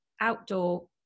outdoor